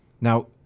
Now